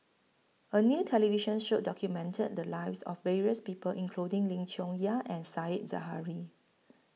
A New television Show documented The Lives of various People including Lim Chong Yah and Said Zahari